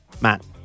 Matt